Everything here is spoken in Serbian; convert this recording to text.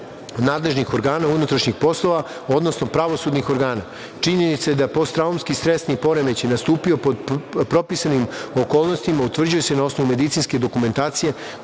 nadležnih organa unutrašnjih poslova, odnosno pravosudnih organa. Činjenica da je posttraumski stresni poremećaj nastupio pod propisanim okolnostima, utvrđuje se na osnovu medicinske dokumentacije